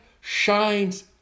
shines